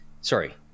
Sorry